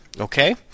Okay